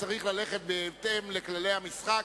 וצריך ללכת בהתאם לכללי המשחק,